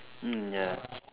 um ya